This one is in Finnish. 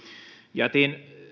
jätin